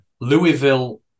Louisville